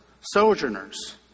sojourners